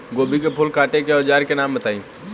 गोभी के फूल काटे के औज़ार के नाम बताई?